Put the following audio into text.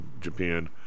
Japan